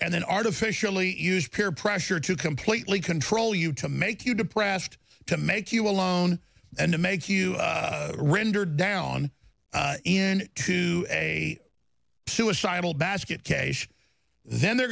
and then artificially use peer pressure to completely control you to make you depressed to make you alone and to make you render down to a suicidal basket case then they're